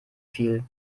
viel